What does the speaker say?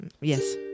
Yes